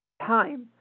time